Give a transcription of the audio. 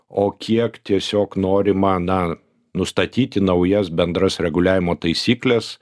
o kiek tiesiog norima na nustatyti naujas bendras reguliavimo taisykles